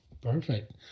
Perfect